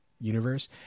universe